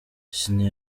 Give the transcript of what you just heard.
ciney